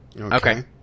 okay